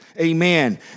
Amen